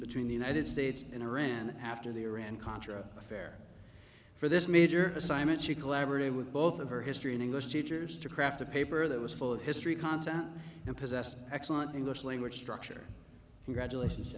between the united states and iran after the iran contra affair for this major assignment she collaborated with both of her history and english teachers to craft a paper that was full of history content and possessed excellent english language structure and graduations